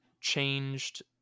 changed